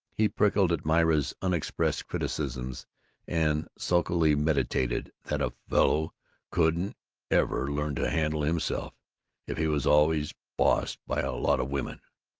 he prickled at myra's unexpressed criticisms and sulkily meditated that a fellow couldn't ever learn to handle himself if he was always bossed by a lot of women.